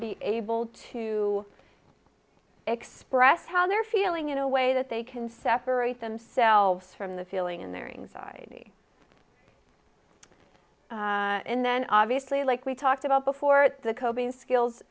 the able to express how they're feeling in a way that they can separate themselves from the feeling in their ngs sidey and then obviously like we talked about before the coping skills